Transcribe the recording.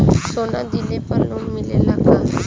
सोना दिहला पर लोन मिलेला का?